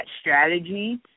strategy